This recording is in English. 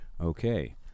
Okay